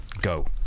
Go